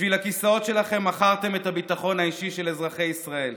בשביל הכיסאות שלכם מכרתם את הביטחון האישי של אזרחי ישראל.